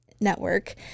Network